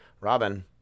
Robin